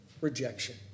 rejection